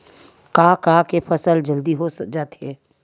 का का के फसल जल्दी हो जाथे?